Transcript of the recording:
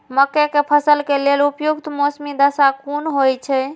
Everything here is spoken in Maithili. मके के फसल के लेल उपयुक्त मौसमी दशा कुन होए छै?